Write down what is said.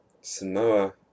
Samoa